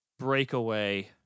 breakaway